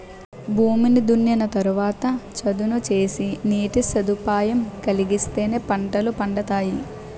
భూమిని దున్నిన తరవాత చదును సేసి నీటి సదుపాయం కలిగిత్తేనే పంటలు పండతాయి